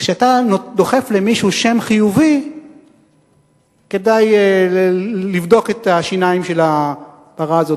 כשאתה דוחף למישהו שם חיובי כדאי לבדוק את השיניים של הפרה הזו.